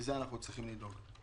מזה אנחנו צריכים לדאוג.